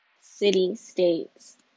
city-states